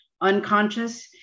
unconscious